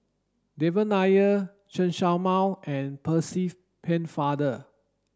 Devan Nair Chen Show Mao and Percy Pennefather